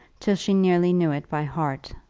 till she nearly knew it by heart,